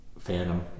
Phantom